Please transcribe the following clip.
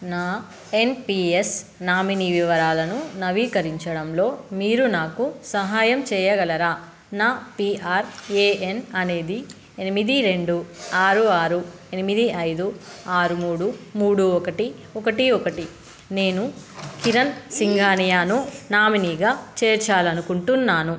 నా NPS nominee వివరాలను నవీకరించడంలో మీరు నాకు సహాయం చేయగలరా నా పీఆర్ఏఎన్ అనేది ఎనిమిది రెండు ఆరు ఆరు ఎనిమిది ఐదు ఆరు మూడు మూడు ఒకటి ఒకటి ఒకటి నేను కిరణ్ సింఘానియాను నామినీగా చేర్చాలి అనుకుంటున్నాను